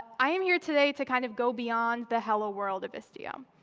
i am here today to kind of go beyond the hello world of istio.